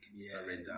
surrender